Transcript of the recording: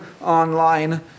online